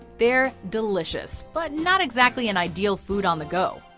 they're delicious, but not exactly an ideal food on the go.